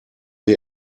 wir